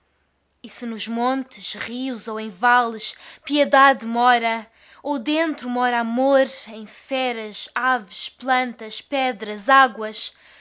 se nos montes rios ou em vales piedade mora ou dentro mora amor em feras aves plantas pedras águas